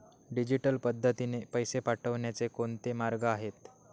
Digital पद्धतीने पैसे पाठवण्याचे कोणते मार्ग आहेत?